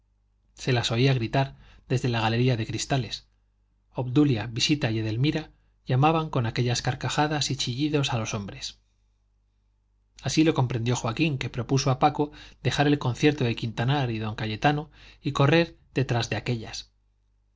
se las oía gritar desde la galería de cristales obdulia visita y edelmira llamaban con aquellas carcajadas y chillidos a los hombres así lo comprendió joaquín que propuso a paco dejar el concierto de quintanar y don cayetano y correr detrás de aquellas